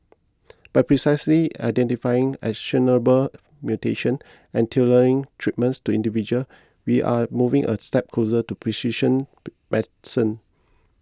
by precisely identifying actionable mutations and tailoring treatments to individual we are moving a step closer to precision medicine